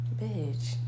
Bitch